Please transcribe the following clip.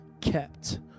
kept